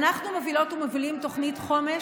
אנחנו מובילות ומובילים תוכנית חומש